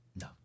No